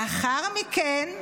לאחר מכן,